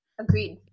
agreed